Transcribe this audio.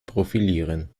profilieren